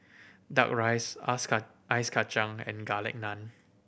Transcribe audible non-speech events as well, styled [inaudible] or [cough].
Duck Rice [unintelligible] Ice Kachang and Garlic Naan